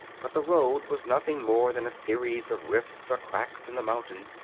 but the road was nothing more than a series of rifts or cracks in the mountain,